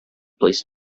police